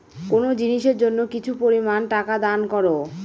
কোনো জিনিসের জন্য কিছু পরিমান টাকা দান করো